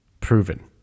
proven